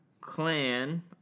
clan